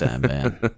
man